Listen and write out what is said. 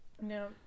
No